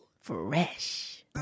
Fresh